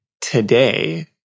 today